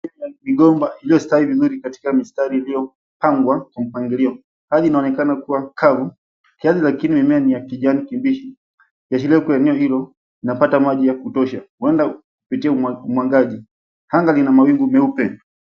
Mimea ya migomba iliyostawi vizuri katika mistari iliyopangwa kwa mpangilio, hali inaonekana kuwa kavu kiasi lakini mimea ni ya kijani kibichi ikiashiria kuwa eneo hilo inapata maji ya kutosha uenda kupitia umwagaji. Anga lina mawingu meupe.